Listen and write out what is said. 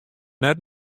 net